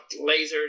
lasers